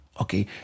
okay